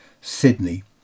Sydney